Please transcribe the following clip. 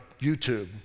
YouTube